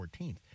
14th